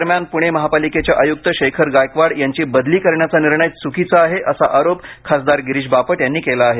दरम्यान पुणे महापालिकेचे आयुक्त शेखर गायकवाड यांची बदली करण्याचा निर्णय च्रकीचा आहे असा आरोप खासदार गिरीश बापट यांनी केला आहे